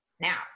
Now